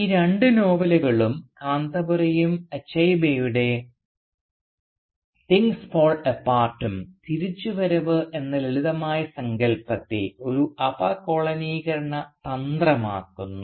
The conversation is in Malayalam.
ഈ രണ്ട് നോവലുകളും കാന്തപുരയും അച്ചെബീയുടെ തിങ്സ് ഫോൾ എപാർട്ടും തിരിച്ചുവരവ് എന്ന ലളിതമായ സങ്കല്പത്തെ ഒരു അപകോളനീകരണ തന്ത്രമാക്കുന്നു